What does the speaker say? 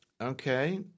Okay